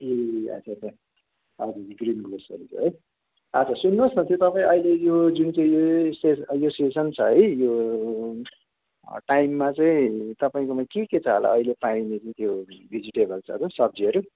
ए अच्छा अच्छा हजुर ग्रिन ग्रोसरीको है अच्छा सुन्नुहोस् न त्यो तपाईँ अहिले यो जुन चाहिँ यो सेस यो सिजन छ है यो टाइममा चाहिँ तपाईँकोमा के के छ होला अहिले पाइने चाहिँ त्यो भेजिटेबल्सहरू सब्जीहरू